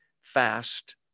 fast